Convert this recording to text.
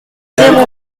zéro